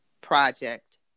project